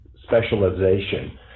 specialization